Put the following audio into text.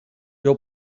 you